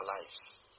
lives